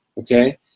Okay